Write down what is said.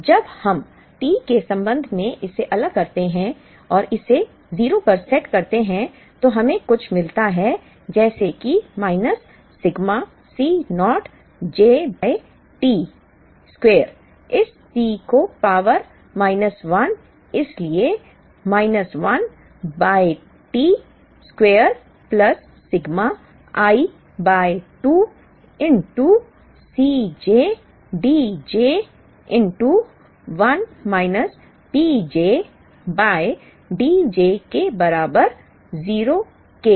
इसलिए जब हम T के संबंध में इसे अलग करते हैं और इसे 0 पर सेट करते हैं तो हमें कुछ मिलता है जैसे कि minus sigma C naught j by T square इस T को पावर माइनस 1 इसलिए minus 1 by t square plus sigma i by 2 C j D j 1 minus P j by D j के बराबर 0 के